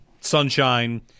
sunshine